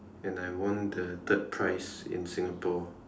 and I won the third prize in Singapore